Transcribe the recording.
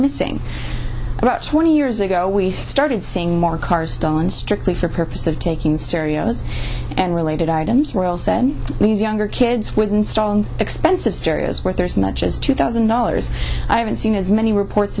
missing about twenty years ago we started seeing more cars stolen strictly for purpose of taking stereos and related items royals said these younger kids with expensive stereos where there is much as two thousand dollars i haven't seen as many reports